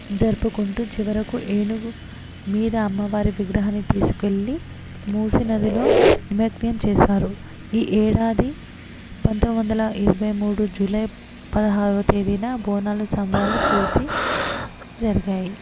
జరుపుకుంటూ చివరకు ఏనుగు మీద అమ్మవారి విగ్రహాన్ని తీసుకెళ్ళి మూసీ నదిలో నిమగ్నం చేస్తారో ఈ ఏడాది పంతొమ్మిది వందల ఇరవై మూడు జూలై పదహారవ తేదీన బోనాలు సంబరాలు పూర్తి జరిగాయి